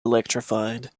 electrified